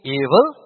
evil